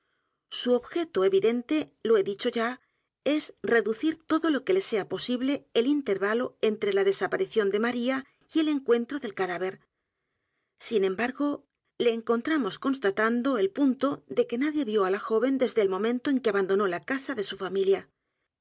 su objeto evidente lo he dicho ya es reducir todo lo que le sea posible el intervalo entre la desparición de maría y el encuentro del cadáver sin embargo le encontramos constatando el punto de que nadie vio á la joven desde el momento en que abandonó la casa de su familia